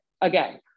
again